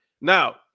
now